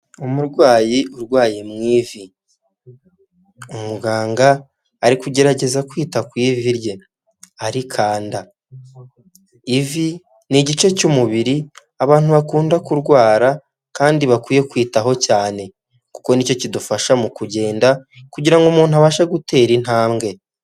Umurwayi urwaye mu ivi umuganga ari kugerageza kwita ku ivi rye arikanda, ivi ni igice cy'umubiri abantu bakunda kurwara kandi bakwiye kwitaho cyane, kuko ni cyo kidufasha mu kugenda kugira ngo umuntu abashe gutera intambwe.